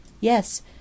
Yes